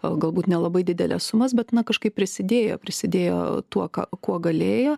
o galbūt nelabai dideles sumas bet na kažkaip prisidėjo prisidėjo tuo ką kuo galėjo